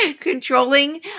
Controlling